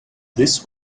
this